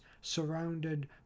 surrounded